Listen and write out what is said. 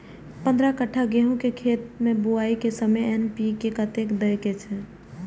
पंद्रह कट्ठा गेहूं के खेत मे बुआई के समय एन.पी.के कतेक दे के छे?